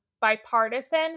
bipartisan